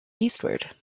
eastward